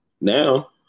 now